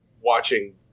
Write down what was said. watching